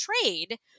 trade